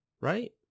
right